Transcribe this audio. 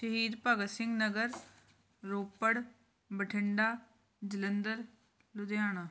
Shaheed Bhagat Singh Nagar Ropar Bathinda Jalandhar Ludhiana